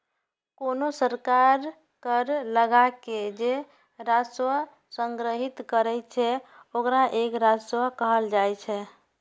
कोनो सरकार कर लगाके जे राजस्व संग्रहीत करै छै, ओकरा कर राजस्व कहल जाइ छै